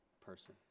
person